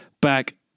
back